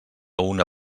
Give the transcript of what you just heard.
una